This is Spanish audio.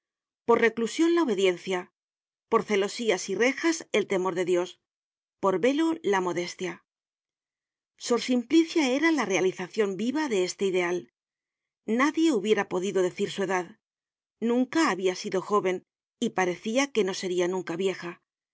por reclusion la obediencia por celosías y rejas el temor de dios por velo la modestia sor simplicia era la realizacion viva de este ideal nadie hubiera podido decir su edad nunca habiasido jóven y parecia que no seria